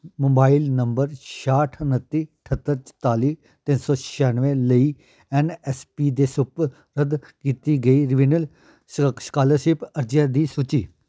mobile number ਛਿਆਹਠ ਉਨੱਤੀ ਅਠੱਤਰ ਚਤਾਲੀ ਤਿੰਨ ਸੌ ਛਿਆਨਵੇਂ ਲਈ ਐੱਨ ਐੱਸ ਪੀ ਦੇ ਸਪੁਰਦ ਕੀਤੀ ਗਈ ਰਿਨਿਵੇਲ ਸੁਰੱਕਸ਼ ਸਕਾਲਰਸ਼ਿਪ ਅਰਜ਼ੀਆਂ ਦੀ ਸੂਚੀ